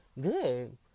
good